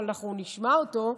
אבל אנחנו נשמע אותו,